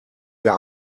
wer